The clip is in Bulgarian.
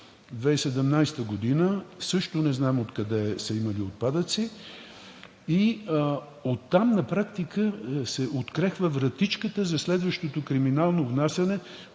2017 г., също не знам откъде са имали отпадъци, и оттам на практика се открехва вратичката за следващото криминално внасяне,